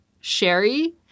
sherry